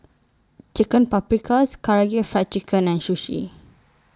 Chicken Paprikas Karaage Fried Chicken and Sushi